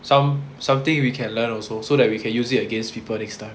some something we can learn also so that we can use it against people next time